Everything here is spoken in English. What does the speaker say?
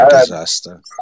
disaster